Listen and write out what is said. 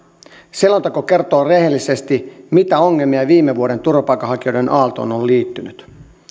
selonteko kertoo rehellisesti mitä ongelmia viime vuoden turvapaikanhakijoiden aaltoon on liittynyt